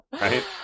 Right